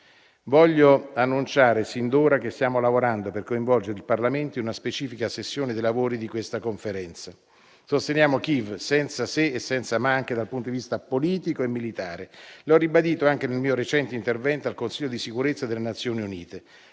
Vorrei annunciare sin d'ora che stiamo lavorando per coinvolgere il Parlamento in una specifica sessione dei lavori di quella conferenza. Sosteniamo Kiev senza se e senza ma anche dal punto di vista politico e militare, come ho ribadito anche nel mio recente intervento al Consiglio di sicurezza delle Nazioni Unite.